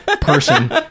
person